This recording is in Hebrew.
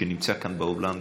שנמצא כאן באולם,